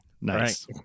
nice